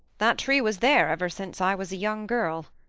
that tree was there ever since i was a young girl.